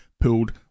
pulled